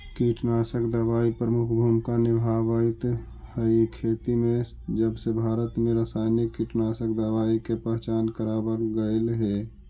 कीटनाशक दवाई प्रमुख भूमिका निभावाईत हई खेती में जबसे भारत में रसायनिक कीटनाशक दवाई के पहचान करावल गयल हे